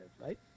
right